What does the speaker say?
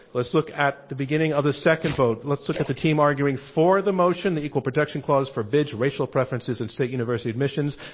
let's look at the beginning of the second vote. let's look at the team argui ng for the motion, the equal protection clause forbids racial preferences in state university admissions.